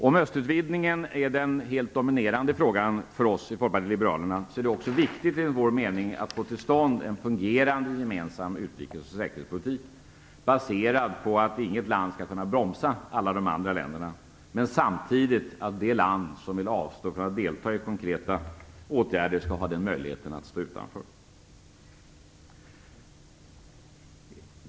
Om östutvidgningen är den helt dominerande frågan för oss i Folkpartiet liberalerna, är det också viktigt enligt vår mening att få till stånd en fungerande gemensam utrikes och säkerhetspolitik, baserad på att inget land skall kunna bromsa alla de andra länderna. Samtidigt skall det land som vill avstå från att delta i konkreta åtgärder ha möjlighet att stå utanför.